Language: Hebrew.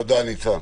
תודה, ניצן.